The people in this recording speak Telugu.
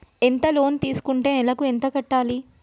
ఎంత లోన్ తీసుకుంటే నెలకు ఎంత కట్టాలి?